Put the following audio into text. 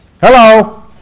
Hello